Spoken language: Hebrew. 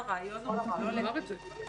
הוא אמר את זה.